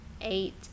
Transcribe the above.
eight